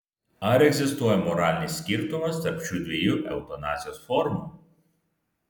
ar egzistuoja moralinis skirtumas tarp šių dviejų eutanazijos formų